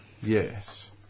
yes